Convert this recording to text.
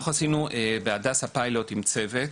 אנחנו עשינו ב"הדסה" פיילוט עם צוות,